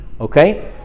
okay